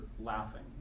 laughing